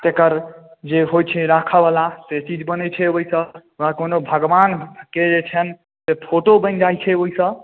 तेकर जे होइ छै राखैबला से चीज बनै छै ओहिसँ कोनो भगवानके जे छनि से फोटो बनि जाइ छै ओहिसँ